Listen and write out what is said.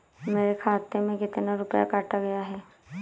मेरे खाते से कितना रुपया काटा गया है?